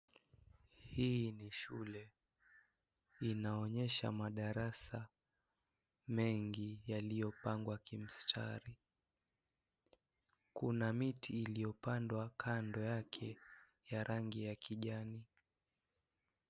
Hii ni shule. Inaonyesha madarasa mengi yaliyopangwa kimstari. Kuna miti iliyopandwa kando yake ya rangi ya kijani.